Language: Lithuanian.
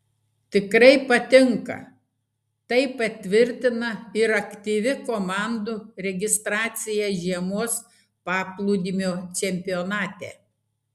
tikrai patinka tai patvirtina ir aktyvi komandų registracija žiemos paplūdimio čempionate